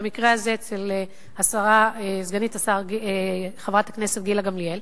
במקרה הזה אצל סגנית השר חברת כנסת גילה גמליאל.